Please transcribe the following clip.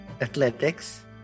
Athletics